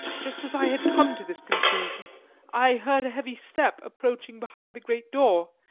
just as i had come to this conclusion i heard a heavy step approaching behind the great door,